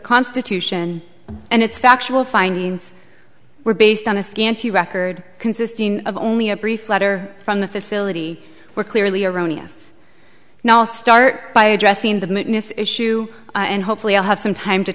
constitution and its factual findings were based on a scanty record consisting of only a brief letter from the facility were clearly erroneous now i'll start by addressing the issue and hopefully i'll have some time to